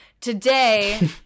today